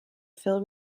phil